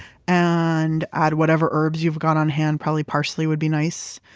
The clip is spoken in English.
and add whatever herbs you've got on hand, probably parsley would be nice,